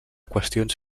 qüestions